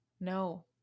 No